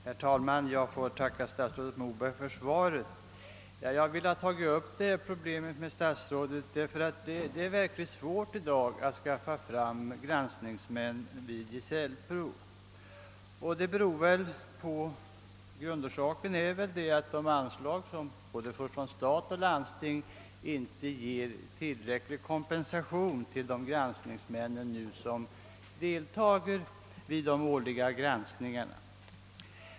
Herr talman! Jag tackar statsrådet Moberg för svaret. Orsaken till att jag tagit upp denna fråga är att det i dag är mycket svårt att få granskningsmän vid gesällprov. Grundorsaken härtill är att anslagen från såväl stat som landsting inte ger tillräcklig kompensation till dem som tjänstgör vid de årliga granskningarna.